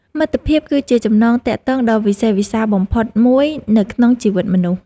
មិត្តភាពគឺជាចំណងទាក់ទងដ៏វិសេសវិសាលបំផុតមួយនៅក្នុងជីវិតមនុស្ស។